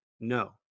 no